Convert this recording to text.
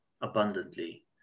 abundantly